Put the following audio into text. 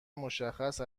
مشخص